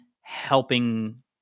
helping